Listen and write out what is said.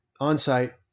Onsite